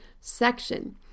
section